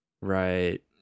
Right